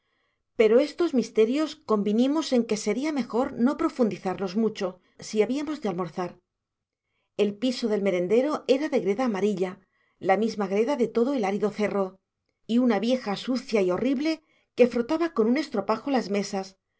pero estos misterios convinimos en que sería mejor no profundizarlos mucho si habíamos de almorzar el piso del merendero era de greda amarilla la misma greda de todo el árido cerro y una vieja sucia y horrible que frotaba con un estropajo las mesas no